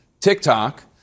TikTok